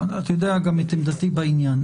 אתה יודע את עמדתי בעניין.